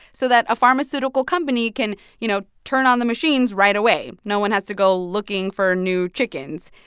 so that a pharmaceutical company can, you know, turn on the machines right away. no one has to go looking for new chickens.